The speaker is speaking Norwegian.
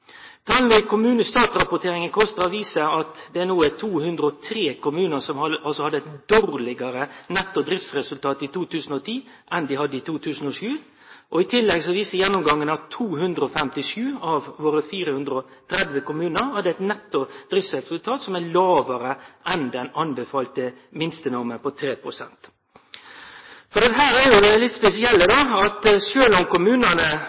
KOSTRA, viser at 203 kommunar hadde eit dårlegare netto driftsresultat i 2010 enn det dei hadde i 2007. I tillegg viser gjennomgangen at 257 av våre 430 kommunar hadde eit netto driftsresultat som er lågare enn den anbefalte minstenorma på 3 pst. Her er det litt spesielle: Sjølv om